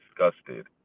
disgusted